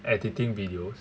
editing videos